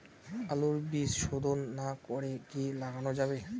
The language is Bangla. আলুর বীজ শোধন না করে কি লাগানো যাবে?